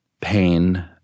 pain